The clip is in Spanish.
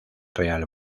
real